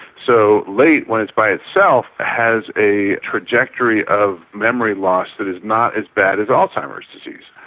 so late when it's by itself has a trajectory of memory loss that is not as bad as alzheimer's disease.